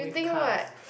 you think [what]